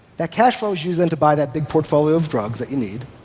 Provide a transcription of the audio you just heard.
that cash flow is used, then, to buy that big portfolio of drugs that you need,